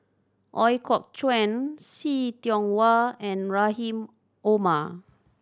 Ooi Kok Chuen See Tiong Wah and Rahim Omar